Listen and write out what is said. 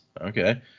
Okay